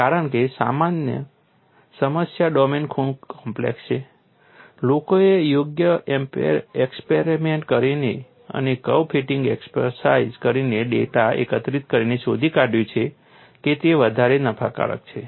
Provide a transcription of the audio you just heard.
કારણ કે સમસ્યા ડોમેન ખૂબ કોમ્પ્લેક્સ છે લોકોએ યોગ્ય એક્સપેરિમેન્ટ કરીને અને કર્વ ફિટિંગ એક્સરસાઇઝ કરીને ડેટા એકત્રિત કરીને શોધી કાઢ્યું છે કે તે વધારે નફાકારક છે